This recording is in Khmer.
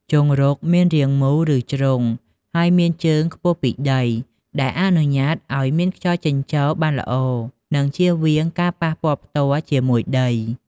ជង្រុកមានរាងមូល ឬជ្រុង ហើយមានជើងខ្ពស់ពីដី ដែលអនុញ្ញាតឲ្យមានខ្យល់ចេញចូលបានល្អ និងជៀសវាងការប៉ះពាល់ផ្ទាល់ជាមួយដី។